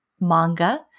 manga